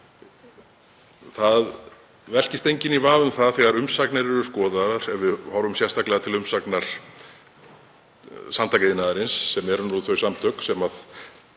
Það velkist enginn í vafa um það, þegar umsagnir eru skoðaðar, ef við horfum sérstaklega til umsagnar Samtaka iðnaðarins, sem eru þau samtök sem